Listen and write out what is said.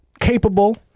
capable